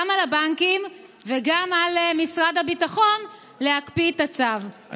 על הבנקים וגם על משרד הביטחון להקפיא את הצו.